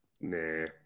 Nah